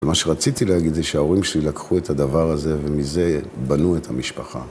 מה שרציתי להגיד זה שההורים שלי לקחו את הדבר הזה, ומזה בנו את המשפחה.